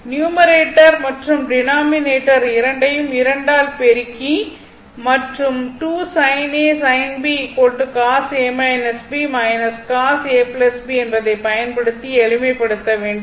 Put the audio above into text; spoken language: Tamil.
நியூமரேட்டர் மற்றும் டினாமினேட்டர் இரண்டையும் 2 ஆல் பெருக்கி மற்றும் 2 sin A sin B cos A B cos A B என்பதை பயன்படுத்தி எளிமை படுத்த வேண்டும்